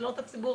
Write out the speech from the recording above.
תלונות הציבור,